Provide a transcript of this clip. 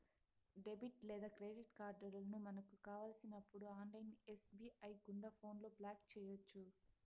debit లేదా credit కార్డులను మనకు కావలసినప్పుడు ఆన్లైన్ ఎస్.బి.ఐ గుండా ఫోన్లో బ్లాక్ చేయొచ్చు